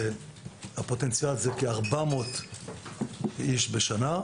הפוטנציאל הוא ל-400 איש בשנה,